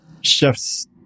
chef's